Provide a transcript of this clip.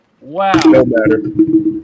wow